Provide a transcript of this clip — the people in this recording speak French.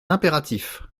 impératif